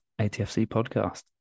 atfcpodcast